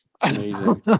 Amazing